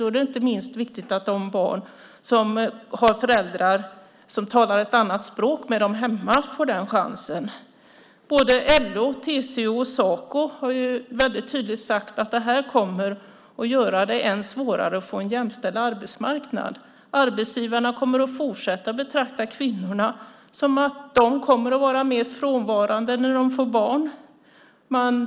Då är det inte minst viktigt att de barn som har föräldrar som talar ett annat språk med dem hemma får den chansen. Både LO, TCO och Saco har väldigt tydligt sagt att det här kommer att göra det än svårare att få en jämställd arbetsmarknad. Arbetsgivarna kommer att fortsätta att betrakta kvinnorna och tänka att de kommer att vara mer frånvarande när de får barn.